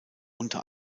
unter